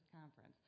conference